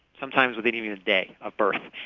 sometimes within even a day, of birth.